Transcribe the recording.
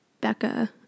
Becca